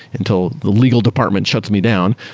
until the legal department shuts me down.